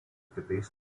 kitais